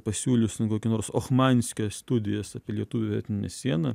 pasiūlius kokį nors ochmanskio studijas apie lietuvių etninę sieną